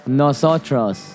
nosotros